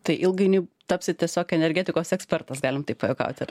tai ilgainiui tapsite tiesiog energetikos ekspertas galime taip pajuokauti